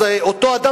אז אותו אדם,